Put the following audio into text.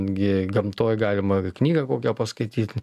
gi gamtoj galima knygą kokią paskaityt